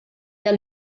der